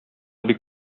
бик